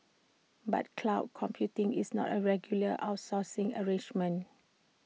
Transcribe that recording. but cloud computing is not A regular outsourcing arrangement